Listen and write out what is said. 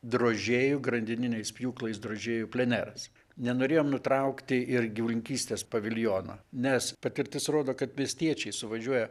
drožėjų grandininiais pjūklais drožėjų pleneras nenorėjom nutraukti ir gyvulininkystės paviljono nes patirtis rodo kad miestiečiai suvažiuoja